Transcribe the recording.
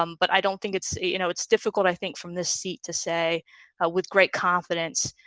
um but i don't think it's you know, it's difficult. i think from this seat to say, ah with great confidence